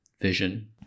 vision